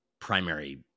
primary